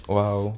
!wow!